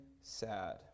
sad